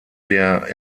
der